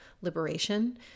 liberation